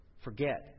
forget